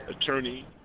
Attorney